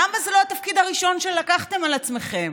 למה זה לא התפקיד הראשון שלקחתם על עצמכם?